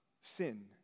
sin